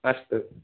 अस्तु